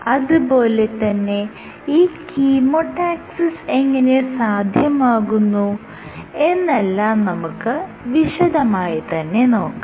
അത് പോലെ തന്നെ ഈ കീമോടാക്സിസ് എങ്ങനെ സാധ്യമാകുന്നു എന്നെല്ലാം നമുക്ക് വിശദമായി തന്നെ നോക്കാം